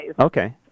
Okay